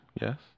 Yes